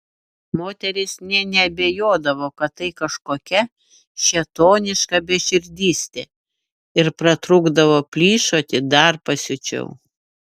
moterys nė neabejodavo kad tai kažkokia šėtoniška beširdystė ir pratrūkdavo plyšoti dar pasiučiau